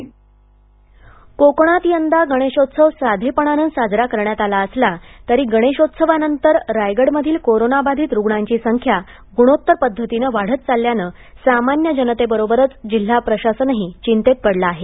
Covid आढावा रायगड् कोकणात यदा गणेशोत्सव साधेपणानं साजरा करण्यात आला असला तरी गणेशोत्सवानंतर रायगडमधील कोरोना बाधित रूग्णाची संख्या गुणोत्तर पध्दतीनं वाढत चालल्यानं सामांन्य जनतेबरोबरच जिल्हा प्रशासनही चिंतेत पडले आहे